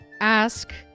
ask